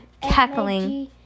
cackling